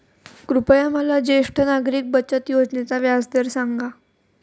कृपया मला ज्येष्ठ नागरिक बचत योजनेचा व्याजदर सांगा